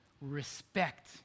respect